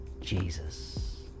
Jesus